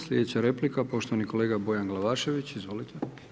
Sljedeća replika poštovani kolega Bojan Glavašević, izvolite.